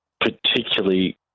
particularly